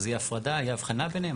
תהיה הפרדה, תהיה הבחנה ביניהם?